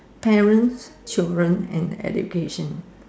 parents children and education